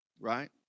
right